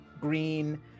green